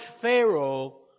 Pharaoh